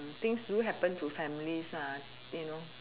things do happen to families lah you know